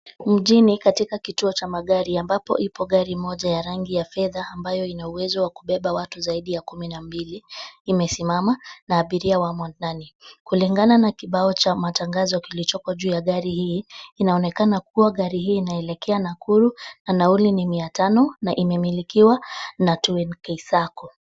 Mjini katika kituo cha magari ambapo ipo gari moja ya rangi ya fedha ambayo ina uwezo wa kubeba watu zaidi ya kumi na mbili imesimama na abiria wamo ndani. Kulingana na kibao cha matangazo kilichoko juu ya gari hii, inaonekana kuwa gari hii inaelekea Nakuru na nauli ni mia tano na imemilikiwa na 2NK Sacco.